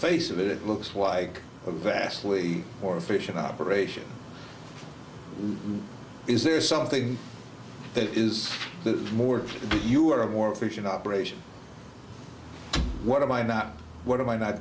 face of it it looks like a vastly more efficient operation is there something that is the more you are a more efficient operation what am i not what am i not